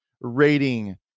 rating